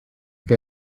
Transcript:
que